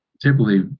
typically